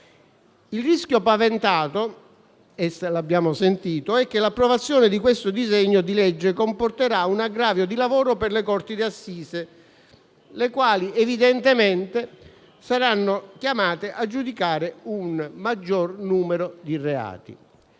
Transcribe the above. l'abbiamo sentito - è che l'approvazione di questo disegno di legge comporterà un aggravio di lavoro per le corti d'assise, le quali evidentemente saranno chiamate a giudicare un maggior numero di reati.